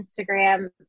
Instagram